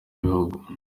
bihugu